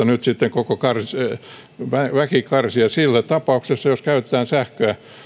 nyt sitten väki kärsii ja siinä tapauksessa jos käytetään sähköä